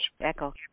echo